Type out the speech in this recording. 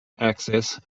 access